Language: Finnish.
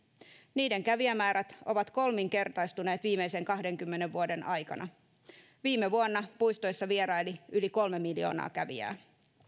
niiden kävijämäärät ovat kolminkertaistuneet viimeisen kahdenkymmenen vuoden aikana viime vuonna puistoissa vieraili yli kolme miljoonaa kävijää